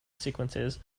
sequences